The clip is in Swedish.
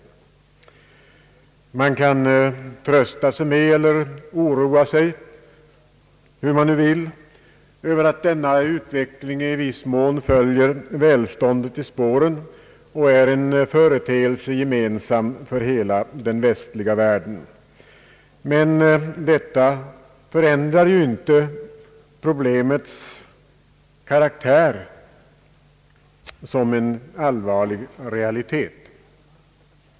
Man kan trösta sig med eller oroa sig över — vilket man nu vill göra — att denna utveckling i viss mån följer i välståndets spår och är en företeelse gemensam för hela den västliga världen. Men detta ändrar inte problemets karaktär av allvarlig realitet.